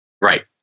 Right